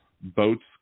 boats